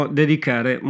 dedicare